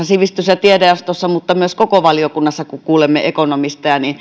sivistys ja tiedejaostossa mutta myös koko valiokunnassa kuulemme ekonomisteja